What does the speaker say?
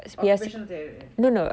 occupational therapy